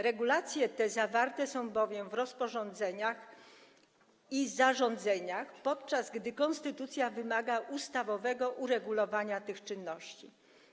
Regulacje te zawarte są bowiem w rozporządzeniach i zarządzeniach, podczas gdy konstytucja wymaga ustawowego uregulowania tych czynności.